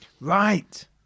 Right